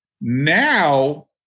Now